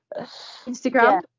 Instagram